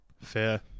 Fair